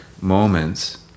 moments